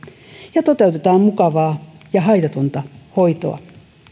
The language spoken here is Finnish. ja toteutetaan mukavaa ja haitatonta hoitoa